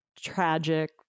tragic